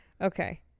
okay